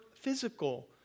physical